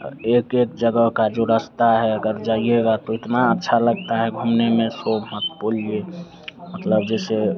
और एक एक जगह का जो रस्ता है अगर जाइएगा तो इतना अच्छा लगता है घूमने में सो मत बोलिए मतलब जैसे